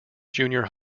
junior